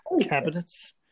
cabinets